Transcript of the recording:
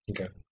okay